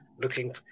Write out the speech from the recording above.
looking